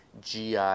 GI